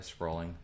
scrolling